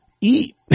eat